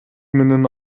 менен